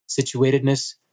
Situatedness